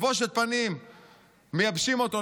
בבושת פנים מייבשים אותו,